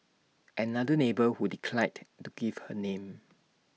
another neighbour who declined to give her name